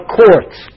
courts